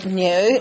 new